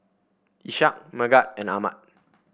Ishak Megat and Ahmad